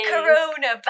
Corona